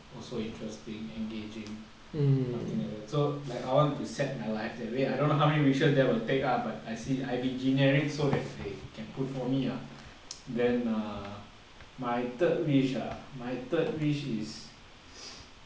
also interesting engaging something like that so like I want to set my life that way I don't know how many wishes that will take ah but I see I be generic so they can put for me ah then err my third wish ah my third wish is